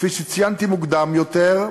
כפי שציינתי מוקדם יותר,